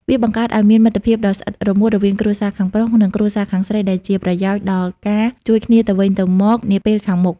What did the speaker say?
វាបង្កើតឱ្យមានមិត្តភាពដ៏ស្អិតរមួតរវាងគ្រួសារខាងប្រុស និងគ្រួសារខាងស្រី ដែលជាប្រយោជន៍ដល់ការជួយគ្នាទៅវិញទៅមកនាពេលខាងមុខ។